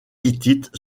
hittite